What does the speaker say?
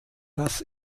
das